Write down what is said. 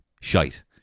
shite